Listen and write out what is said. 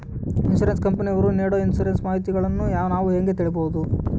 Insurance ಕಂಪನಿಯವರು ನೇಡೊ insurance ಮಾಹಿತಿಗಳನ್ನು ನಾವು ಹೆಂಗ ತಿಳಿಬಹುದ್ರಿ?